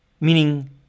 Meaning